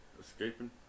escaping